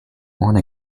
one